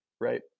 right